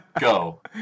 Go